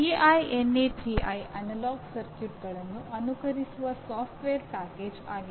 TINA TI analogue ಸರ್ಕ್ಯೂಟ್ಗಳನ್ನು ಅನುಕರಿಸುವ software package ಆಗಿದೆ